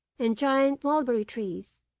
and giant mulberry trees,